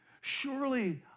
surely